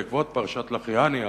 בעקבת פרשת לחיאני,